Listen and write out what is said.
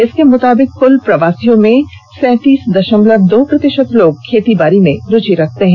इसके मुताबिक कुल प्रवासियों में सैंतीस दशमलव दो प्रति ात लोग खेती बारी में रूचि रखते हैं